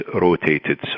rotated